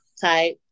type